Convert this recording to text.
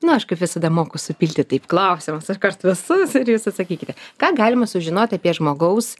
na aš kaip visada moku supilti taip klausimus iškart visus ir jūs atsakykite ką galima sužinoti apie žmogaus